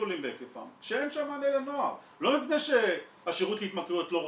גדולים בהיקפם שאין שם מענה לנוער לא מפני שהשירות להתמכרויות לא רוצה,